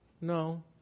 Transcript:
No